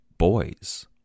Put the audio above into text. boys